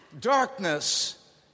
Darkness